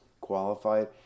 qualified